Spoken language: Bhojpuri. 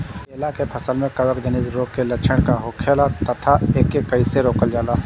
केला के फसल में कवक जनित रोग के लक्षण का होखेला तथा एके कइसे रोकल जाला?